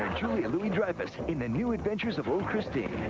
julia louis-dreyfus in the new adventures of old christine.